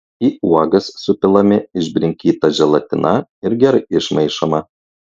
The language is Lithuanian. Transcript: į uogas supilami išbrinkyta želatina ir gerai išmaišoma